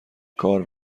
کار